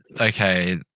Okay